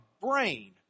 brain